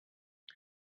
bei